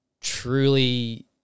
truly